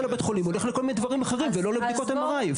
בית החולים הולך לכל מיני דברים אחרים ולא לבדיקות MRI,